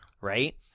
Right